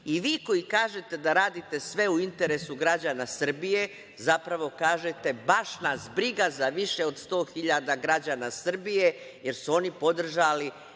i vi koji kažete da radite sve u interesu građana Srbije, zapravo kažete – baš nas briga za više od 100.000 građana Srbije, jer su oni podržali